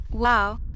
Wow